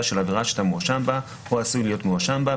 של עבירה שאתה מואשם בה או עשוי להיות מואשם בה,